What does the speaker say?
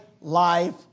life